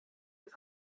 das